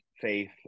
faith